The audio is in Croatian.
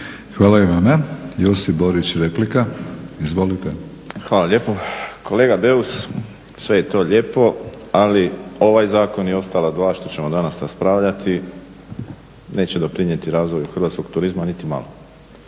Hvala i vama. Josip Borić, replika. Izvolite. **Borić, Josip (HDZ)** Hvala lijepo. Kolega Beus sve je to lijepo ali ovaj zakon i ostala dva što ćemo danas raspravljati neće doprinijeti razvoju hrvatskog turizma niti malo.